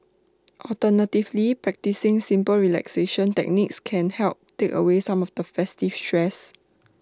alternatively practising simple relaxation techniques can help take away some of the festive stress